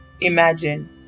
imagine